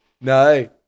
no